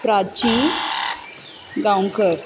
Prachi Gaonkar